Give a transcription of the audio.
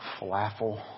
flaffle